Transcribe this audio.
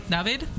David